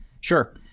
Sure